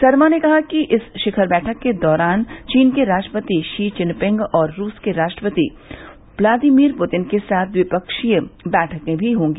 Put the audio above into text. सरमा ने कहा कि इस शिखर बैठक के दौरान चीन के राष्ट्रपति षी चिनपिंग और रूस के राष्ट्रपति व्लादिमीर पुतिन के साथ दिवपक्षीय बैठकें भी होंगी